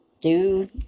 dude